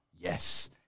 Yes